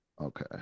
Okay